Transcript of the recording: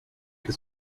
que